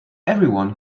everyone